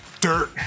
Dirt